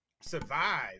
survive